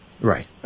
Right